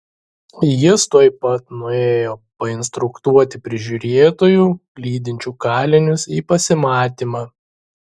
jis tuoj pat nuėjo painstruktuoti prižiūrėtojų lydinčių kalinius į pasimatymą